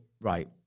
right